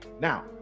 Now